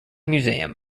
museum